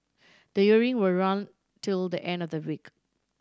the will run till the end of the week